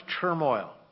turmoil